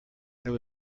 there